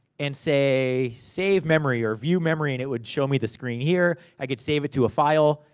and say, save memory or view memory, and it would show me the screen here. i could save it to a file.